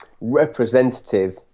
representative